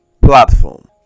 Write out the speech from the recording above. platform